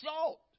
salt